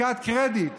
עסקת קרדיט.